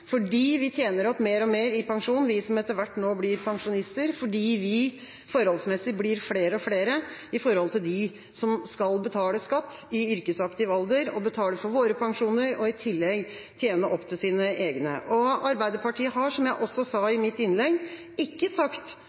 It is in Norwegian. Vi som nå etter hvert blir pensjonister, tjener opp mer og mer i pensjon, og vi blir flere og flere i forhold til dem som skal betale skatt i yrkesaktiv alder og betale for våre pensjoner og i tillegg tjene opp til sine egne. Arbeiderpartiet har, som jeg også sa i mitt innlegg, ikke sagt